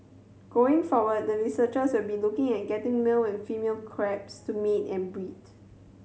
going forward the researchers will be looking at getting male and female crabs to mate and breed